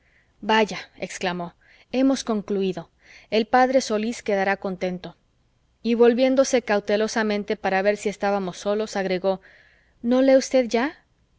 vaya exclamó hemos concluido el p solís quedará contento y volviéndose cautelosamente para ver si estábamos solos agregó no lee usted ya